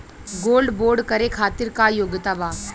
Gold bond करे खातिर का योग्यता बा?